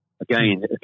again